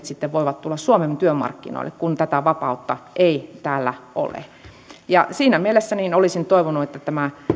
sitten voivat tulla suomen työmarkkinoille kun tätä vapautta ei täällä ole siinä mielessä olisin toivonut että tämä